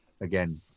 again